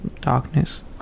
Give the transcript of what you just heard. darkness